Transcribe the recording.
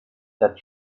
that